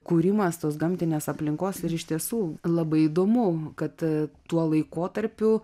kūrimas tos gamtinės aplinkos ir iš tiesų labai įdomu kad tuo laikotarpiu